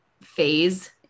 phase